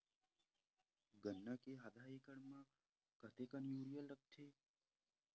गन्ना के आधा एकड़ म कतेकन यूरिया लगथे?